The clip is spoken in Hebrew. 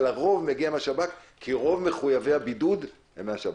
אבל הרוב מגיע מהשב"כ כי רוב מחויבי הבידוד הם מהשב"כ.